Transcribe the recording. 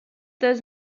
does